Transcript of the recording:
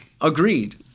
Agreed